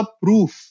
proof